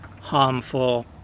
harmful